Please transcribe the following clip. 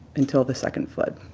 until the second flood.